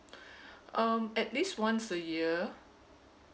um at least once a year